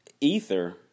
Ether